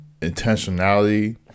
intentionality